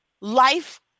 life